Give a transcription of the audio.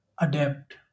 adapt